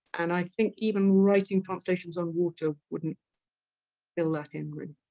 and i think even writing translations on water wouldn't fill that in